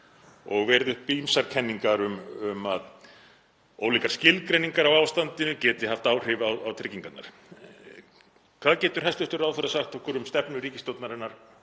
og verið uppi ýmsar kenningar um að ólíkar skilgreiningar á ástandinu geti haft áhrif á tryggingarnar. Hvað getur hæstv. ráðherra sagt okkur um stefnu ríkisstjórnarinnar